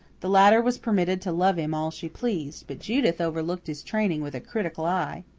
the latter was permitted to love him all she pleased, but judith overlooked his training with a critical eye.